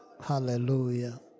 Hallelujah